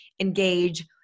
engage